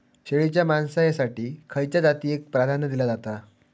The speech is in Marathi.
शेळीच्या मांसाएसाठी खयच्या जातीएक प्राधान्य दिला जाता?